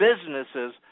businesses